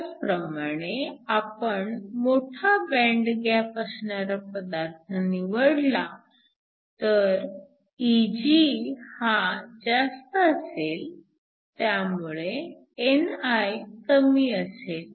त्याचप्रमाणे आपण मोठा बँड गॅप असणारा पदार्थ निवडला तर Eg हा जास्त असेल त्यामुळे ni कमी असेल